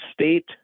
state